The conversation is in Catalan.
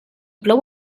plou